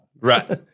Right